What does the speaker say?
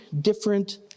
different